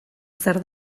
zer